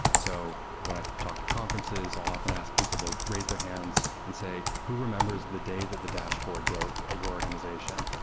so when i talk at conferences, i'll often ask people to raise their hands and say, who remembers the day that the dashboard broke at your organization?